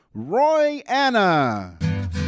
Roy-Anna